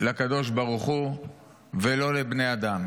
לקדוש ברוך הוא ולא לבני אדם.